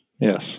Yes